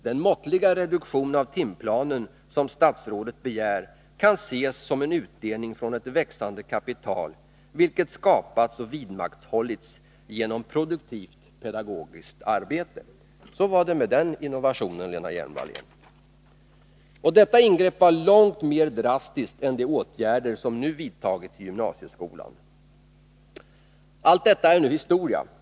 Den måttliga reduktion av timplanen som statsrådet begär kan ses som en utdelning från ett växande kapital, vilket skapats och vidmakthålles genom produktivt pedagogiskt arbete.” Så var det med den innovationen, Lena Hjelm-Wallén. Detta ingrepp var långt mer drastiskt än de åtgärder som nu vidtagits i gymnasieskolan. Allt detta är nu historia.